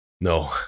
No